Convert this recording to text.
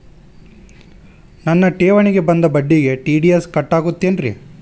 ನನ್ನ ಠೇವಣಿಗೆ ಬಂದ ಬಡ್ಡಿಗೆ ಟಿ.ಡಿ.ಎಸ್ ಕಟ್ಟಾಗುತ್ತೇನ್ರೇ?